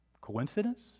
Coincidence